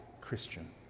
Christian